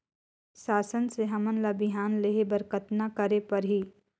शासन से हमन ला बिहान लेहे बर कतना करे परही?